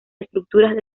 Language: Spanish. estructuras